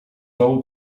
dołu